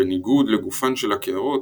בניגוד לגופן של הקערות,